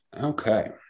Okay